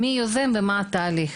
מי יוזם ומה התהליך?